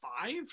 five